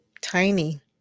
tiny